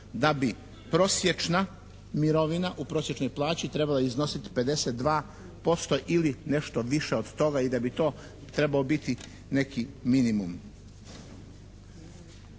da bi prosječna mirovina u prosječnoj plaći trebala iznositi 52% ili nešto više od toga i da bi to trebao biti neki minimum.